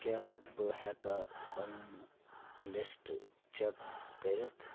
کیٛاہ بہٕ ہٮ۪کا پنُن لِسٹ چَک کٔرِتھ